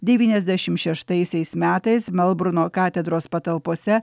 devyniasdešimt šeštaisiais metais melburno katedros patalpose